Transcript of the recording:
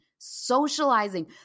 socializing